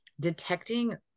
detecting